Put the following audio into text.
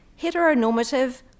heteronormative